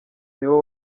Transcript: niwo